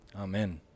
Amen